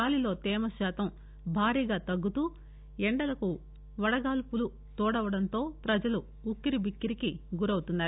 గాలిలో తేమశాతం భారీగా తగ్గుతూ ఎండలకు వడగాల్పులు తోడవడంతో పజలు ఉక్కిరిబిక్కిరికి గురవుతున్నారు